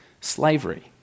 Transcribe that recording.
slavery